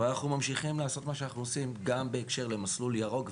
אבל אנחנו ממשיכים לעשות את מה שאנחנו עושים גם בהקשר ל"מסלול ירוק",